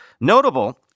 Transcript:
Notable